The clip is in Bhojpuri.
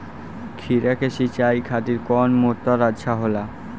खीरा के सिचाई खातिर कौन मोटर अच्छा होला?